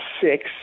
six